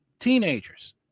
teenagers